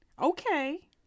Okay